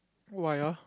why ah